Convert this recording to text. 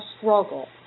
struggle